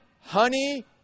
honey